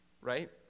right